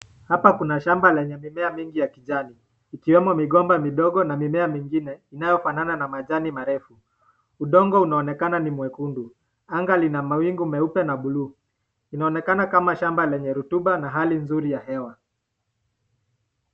Hapa Kuna shamba lenye mimea mingi ya kijani, ikiwemo migomba midogo na mimea nyingine inayofanana na majani marefu, udongo unaonekana ni mwekendu ,anga lina mawingi meupu na buluu, inaonekana shamba lenye rutuba na hali nzuri ya hewa